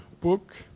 book